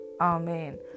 Amen